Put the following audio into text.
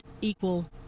equal